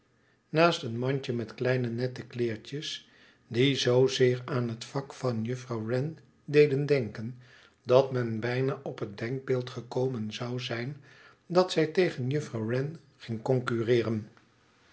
naast een mandje met kleine nette kleertjes die zoozeer aan het vak van juffrouw wren deden denken dat men bijna op het denkbeeld gekomen zou zijn dat zij tegen juffrouw wren ging concurreeren